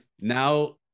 now